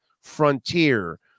frontier